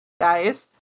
guys